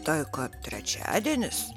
tai kad trečiadienis